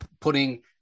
putting